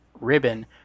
ribbon